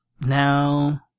Now